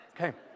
Okay